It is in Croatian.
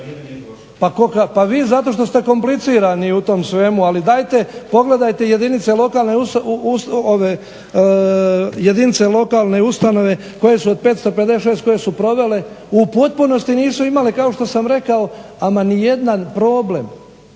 Pa vi zato što ste komplicirani u tom svemu, ali dajte pogledajte jedinice lokalne samouprave koje su od 556 koje su provele u potpunosti nisu imale kao što sam rekao ama nijedan problem.